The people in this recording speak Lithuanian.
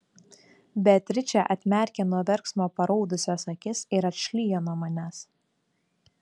beatričė atmerkia nuo verksmo paraudusias akis ir atšlyja nuo manęs